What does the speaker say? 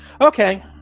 Okay